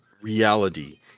Reality